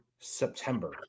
September